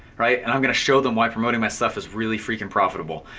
right, and i'm gonna show them why promoting my stuff is really freakin' profitable.